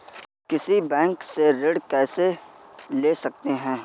किसी बैंक से ऋण कैसे ले सकते हैं?